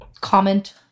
comment